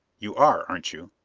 you are, aren't you?